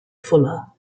fuller